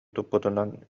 туппутунан